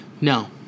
No